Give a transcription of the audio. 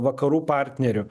vakarų partnerių